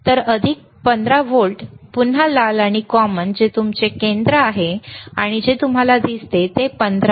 तर अधिक 15 व्होल्ट पुन्हा लाल आणि कॉमन जे तुमचे केंद्र आहे आणि जे तुम्हाला दिसते ते 15